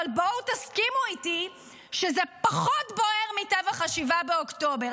אבל בואו תסכימו איתי שזה פחות בוער מטבח 7 באוקטובר.